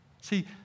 See